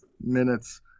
minutes